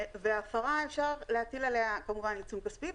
אפשר להטיל עליה עיצום כספי,